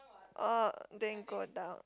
oh then go down